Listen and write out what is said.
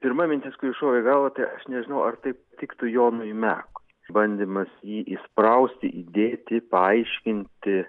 pirma mintis kuri šovė į galvą tai aš nežinau ar tai tiktų jonui mekui bandymas jį įsprausti įdėti paaiškinti